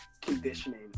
Conditioning